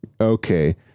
Okay